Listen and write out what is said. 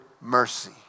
mercy